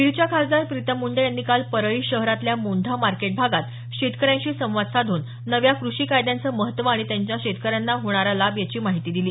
बीडच्या खासदार प्रीतम मुंडे यांनी काल परळी शहरातील मोंढा मार्केट भागात शेतकऱ्यांशी संवाद साधून नव्या कृषी कायद्याचं महत्त्व आणि त्याचा शेतकऱ्यांना होणारा लाभ याची माहिती दिली